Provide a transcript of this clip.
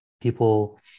people